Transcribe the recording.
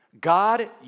God